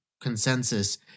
consensus